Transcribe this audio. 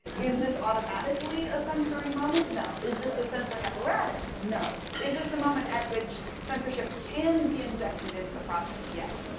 is this automatically a censoring moment, no. is this a censoring apparatus, no. is this a moment at which censorship can be injected into the process, yes.